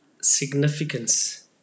significance